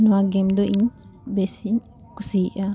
ᱱᱚᱣᱟ ᱜᱮᱢ ᱫᱚ ᱤᱧ ᱵᱮᱥᱮᱧ ᱠᱩᱥᱤᱭᱟᱜᱼᱟ